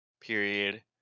period